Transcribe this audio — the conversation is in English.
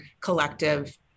collective